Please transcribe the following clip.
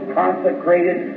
consecrated